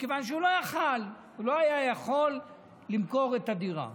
מכיוון שהוא לא היה יכול למכור את הדירה.